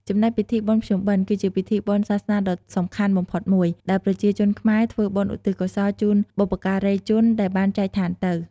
ចំណែក ពិធីបុណ្យភ្ជុំបិណ្ឌ គឺជាពិធីបុណ្យសាសនាដ៏សំខាន់បំផុតមួយ ដែលប្រជាជនខ្មែរធ្វើបុណ្យឧទ្ទិសកុសលជូនបុព្វការីជនដែលបានចែកឋានទៅ។